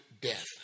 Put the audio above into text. death